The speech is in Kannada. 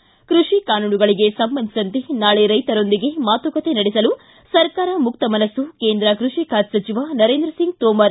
ಿ ಕೃಷಿ ಕಾನೂನುಗಳಿಗೆ ಸಂಬಂಧಿಸಿದಂತೆ ನಾಳೆ ರೈತರೊಂದಿಗೆ ಮಾತುಕತೆ ನಡೆಸಲು ಸರ್ಕಾರ ಮುಕ್ತ ಮನಸ್ಸು ಕೇಂದ್ರ ಕೃಷಿ ಖಾತೆ ಸಚಿವ ನರೇಂದ್ರ ಸಿಂಗ್ ತೋಮರ್